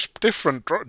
different